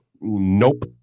Nope